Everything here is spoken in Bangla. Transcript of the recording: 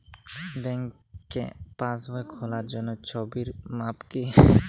ব্যাঙ্কে পাসবই খোলার জন্য ছবির মাপ কী?